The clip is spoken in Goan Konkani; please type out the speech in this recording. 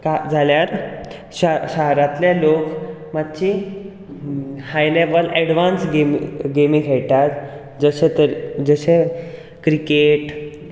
जाल्यार शा शारांतले लोक मात्शी हाय लेवल एडवांस गेम गेमी खेळटात जशे त जशे क्रिकेट